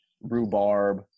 rhubarb